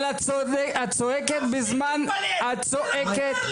אבל את צועקת בזמן --- אבל הוא מצדיק אותך.